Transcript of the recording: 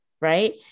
right